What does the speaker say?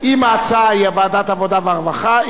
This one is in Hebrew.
אם ההצעה היא ועדת העבודה והרווחה,